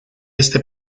este